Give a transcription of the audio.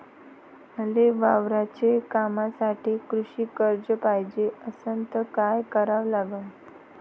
मले वावराच्या कामासाठी कृषी कर्ज पायजे असनं त काय कराव लागन?